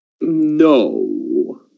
No